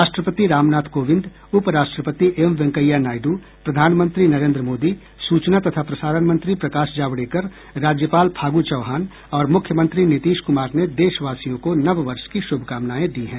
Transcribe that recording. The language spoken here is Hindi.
राष्ट्रपति रामनाथ कोविंद उप राष्ट्रपति एम वेंकैया नायडू प्रधानमंत्री नरेन्द्र मोदी सूचना तथा प्रसारण मंत्री प्रकाश जावड़ेकर राज्यपाल फागू चौहान और मुख्यमंत्री नीतीश कुमार ने देशवासियों को नव वर्ष की शुभकामनाएं दी हैं